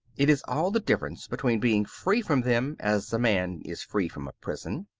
it is all the difference between being free from them, as a man is free from a prison,